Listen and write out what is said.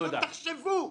תחשבו,